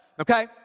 okay